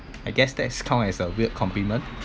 I guess that's counted as a weird compliment